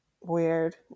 Weird